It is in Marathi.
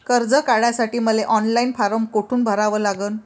कर्ज काढासाठी मले ऑनलाईन फारम कोठून भरावा लागन?